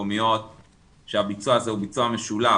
מקומיות כשהביצוע הזה הוא ביצוע משולב,